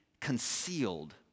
concealed